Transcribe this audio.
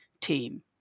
team